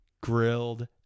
grilled